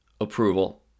approval